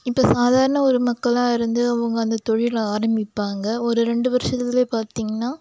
இப்போ சாதாரண ஒரு மக்களாக இருந்து அவங்க அந்த தொழிலை ஆரம்பிப்பாங்க ஒரு ரெண்டு வருஷத்துதுலையே பார்த்தீங்னா